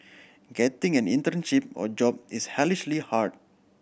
getting an internship or job is hellishly hard